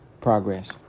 progress